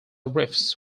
reefs